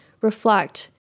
reflect